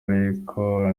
ariko